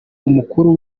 umukuru